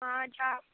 ਹਾਂ ਅੱਛਾ